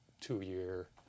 two-year